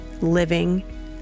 living